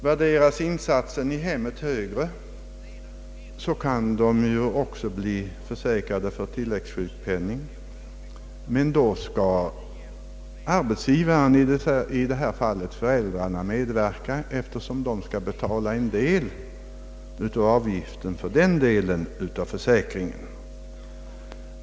Värderas insatsen i hemmet till högre belopp än 1800 kronor, kan den hemmavarande dottern eller sonen också bli försäkrad för tilläggssjukpenning, men då har arbetsgivaren, d. v. s. i det här fallet föräldrarna, att erlägga viss del av avgiften för tilläggsförsäkringen.